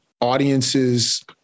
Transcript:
audiences